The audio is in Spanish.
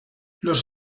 los